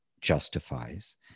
justifies